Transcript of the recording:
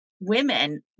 women